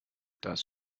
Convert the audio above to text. das